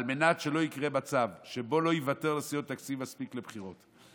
על מנת שלא יקרה מצב שבו לא ייוותר לסיעות תקציב מספיק לבחירות.